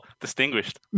Distinguished